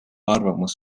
arvamus